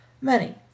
money